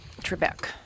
Trebek